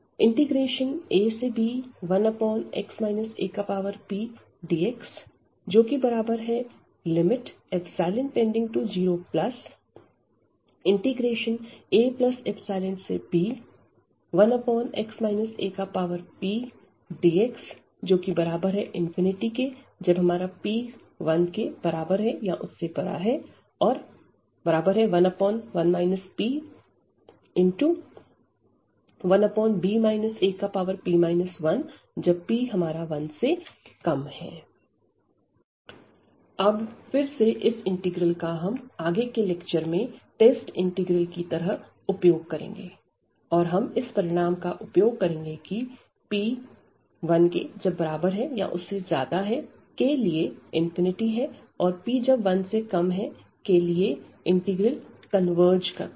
ab1x apdxϵ→0⁡aϵb1x apdx ∞p≥1 11 p1p 1p1 अब फिर से इस इंटीग्रल का हम आगे के लेक्चर में टेस्ट इंटीग्रल की तरह उपयोग करेंगे और हम इस परिणाम का उपयोग करेंगे की p≥1 के लिए है और p1 के लिए इंटीग्रल कन्वर्ज करता है